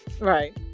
Right